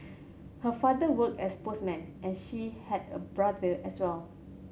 her father worked as postman and she has a brother as well